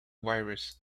virus